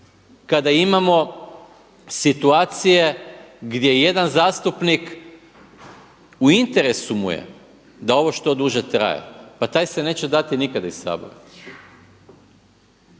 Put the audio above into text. Kada imamo situacije gdje jedan zastupnik u interesu mu je da ovo što duže traje, pa taj se neće dati nikada iz Sabora.